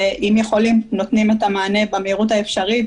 ואם יכולים נותנים את המענה במהירות האפשרית.